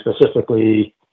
specifically